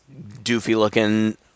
doofy-looking